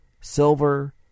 silver